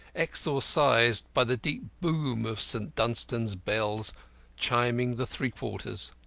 exorcised by the deep boom of st. dunstan's bells chiming the three-quarters.